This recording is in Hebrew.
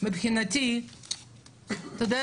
תקן אותי אם אני טועה